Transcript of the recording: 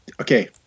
Okay